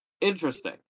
Interesting